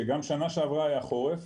שגם בשנה שעברה היה חורף,